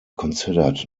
considered